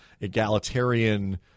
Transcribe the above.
egalitarian